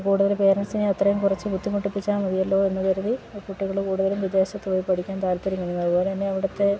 കൂടുതല് പേരന്റ്സിനെ അത്രയും കുറച്ച് ബുദ്ധിമുട്ടിപ്പിച്ചാല് മതിയല്ലോയെന്ന് കരുതി കുട്ടികള് കൂടുതലും വിദേശത്ത് പോയി പഠിക്കാൻ താല്പര്യം കാണിക്കുന്നു അതുപോലെ തന്നെ അവിടുത്തെ